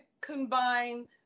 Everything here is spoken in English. combine